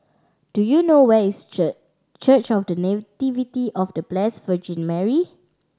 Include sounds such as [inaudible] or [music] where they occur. do you know where is [unintelligible] Church of The Nativity of The Bless Virgin Mary